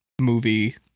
movie